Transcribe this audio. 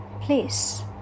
place